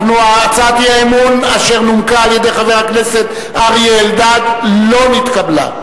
הצעת האי-אמון אשר נומקה על-ידי חבר הכנסת אריה אלדד לא נתקבלה.